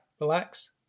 relax